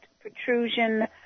protrusion